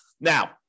Now